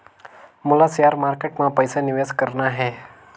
मोला share market मां पइसा निवेश करना हे?